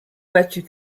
battu